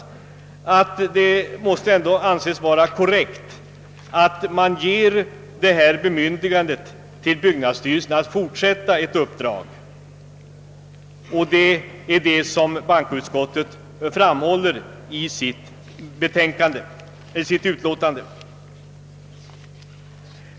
Det måste anses korrekt att ge byggnadsstyrelsen bemyndigande att fortsätta det påbörjade uppdraget, och det är vad bankoutskottet framhåller i sitt utlåtande.